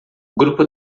grupo